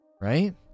Right